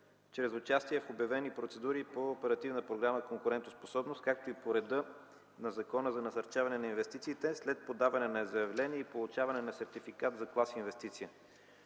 чрез участие в обявени процедури по Оперативна програма „Конкурентоспособност”, както и по реда на Закона за насърчаване на инвестициите след подаване на заявление и получаване на сертификат за клас инвестиция.